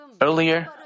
Earlier